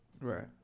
Right